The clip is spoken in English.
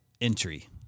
entry